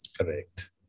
Correct